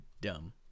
dumb